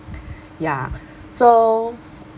ya so